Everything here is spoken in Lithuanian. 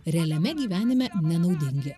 realiame gyvenime nenaudingi